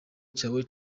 cyawe